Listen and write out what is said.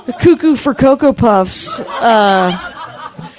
ah cuckoo for cocoa puffs um,